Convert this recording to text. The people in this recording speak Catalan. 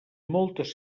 moltes